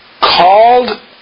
called